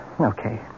Okay